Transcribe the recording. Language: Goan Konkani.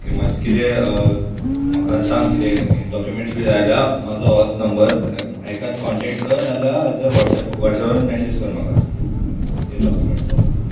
मात्शें कितें म्हाका सांग किदें डॉक्युमेंट्स बी जाय आल्या म्हाजो होत नंबर हेकात कॉन्टेक्ट कर नाल्यार वॉट्सॅप वॉट्सॅपार मॅसेज कर म्हाका ते डॉक्युमेंट्साचो